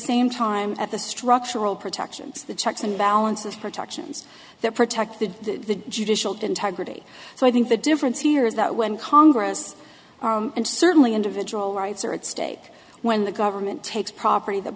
same time at the structural protections the checks and balances protections that protect the judicial been targeted so i think the difference here is that when congress and certainly individual rights are at stake when the government takes property that